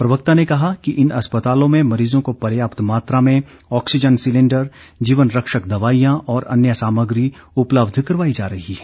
प्रवक्ता ने कहा कि इन अस्पतालों में मरीजों को पर्याप्त मात्रा में ऑक्सीजन सिलेंडर जीवन रक्षक दवाईयां और अन्य सामग्री उपलब्ध करवाई जा रही हैं